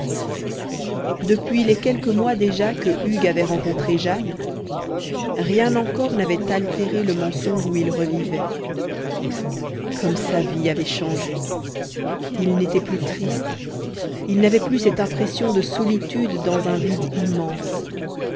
depuis les quelques mois déjà que hugues avait rencontré jane rien encore n'avait altéré le mensonge où il revivait comme sa vie avait changé il n'était plus triste il n'avait plus cette impression de solitude dans un vide immense